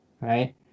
right